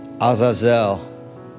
Azazel